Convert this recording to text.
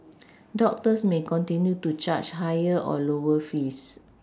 doctors may continue to charge higher or lower fees